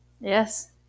Yes